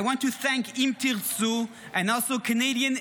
I want to thank Im Tirtzu and also Canadians